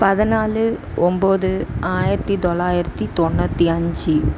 பதினாலு ஒம்பது ஆயிரத்தி தொள்ளாயிரத்தி தொண்ணூற்றி அஞ்சு